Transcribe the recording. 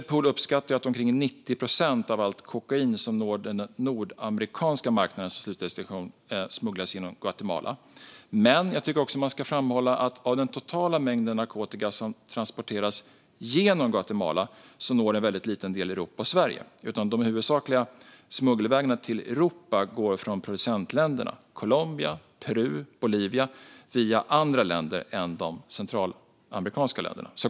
Interpol uppskattar att omkring 90 procent av allt kokain som når den nordamerikanska marknaden som slutdestination smugglas genom Guatemala. Jag tycker dock att man också ska framhålla att av den totala mängd narkotika som transporteras genom Guatemala når en väldigt liten del Europa och Sverige. De huvudsakliga smuggelvägarna till Europa går från producentländerna - Colombia, Peru och Bolivia - via andra länder än de centralamerikanska länderna.